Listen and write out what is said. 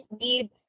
need